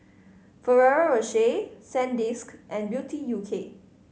Ferrero Rocher Sandisk and Beauty U K